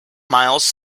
miles